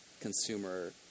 consumer